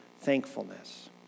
thankfulness